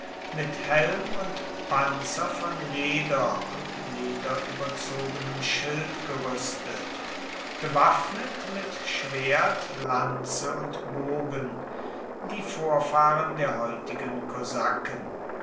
mit helm und panzer von leder und lederüberzogenem schild gerüstet gewaffnet mit schwert lanze und bogen die vorfahren der heutigen kosaken